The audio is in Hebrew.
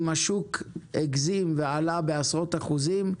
אם השוק הגזים ועלה בעשרות אחוזים,